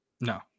No